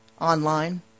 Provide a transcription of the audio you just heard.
online